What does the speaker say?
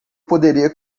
poderia